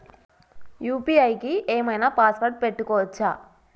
UPI కి ఏం ఐనా పాస్వర్డ్ పెట్టుకోవచ్చా?